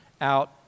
Out